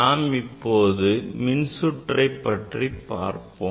நாம் இப்போது மின்சுற்றை பற்றி பார்ப்போம்